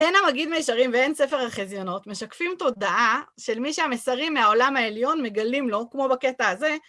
הן המגיד מישרים והן ספר החזיונות, משקפים תודעה של מי שהמסרים מהעולם העליון מגלים לו, כמו בקטע הזה...